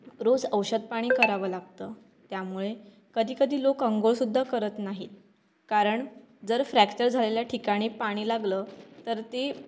रोज औषधपाणी करावं लागतं त्यामुळे कधी कधी लोक अंघोळ सुद्धा करत नाहीत कारण जर फ्रॅक्चर झालेल्या ठिकाणी पाणी लागलं तर ती